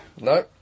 No